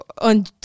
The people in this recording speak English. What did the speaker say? on